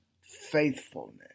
faithfulness